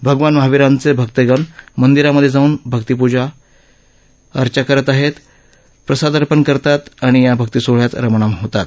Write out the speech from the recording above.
भगवान महाविरांचे भकगण मंदिरामधे जाऊन भक्तीभावानं पूजा अर्चा करतात प्रसाद अर्पण करतात आणि या भक्तीसोहळ्यात रममाण होतात